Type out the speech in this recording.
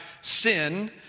sin